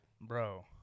Bro